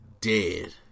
dead